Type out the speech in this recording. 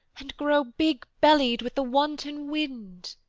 and grow big-bellied with the wanton wind